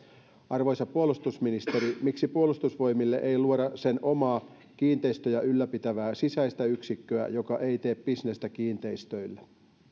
arvoisa puolustusministeri miksi puolustusvoimille ei luoda sen omaa kiinteistöjä ylläpitävää sisäistä yksikköä joka ei tee bisnestä kiinteistöillä